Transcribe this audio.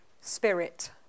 Spirit